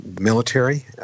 military